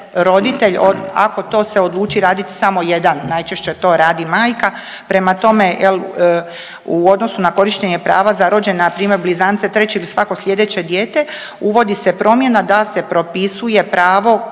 roditelj ako to se odluči radit samo jedan, najčešće to radi majka, prema tome jel u odnosu na korištenje prava za rođene npr. blizance, treće ili svako slijedeće dijete uvodi se promjena da se propisuje pravo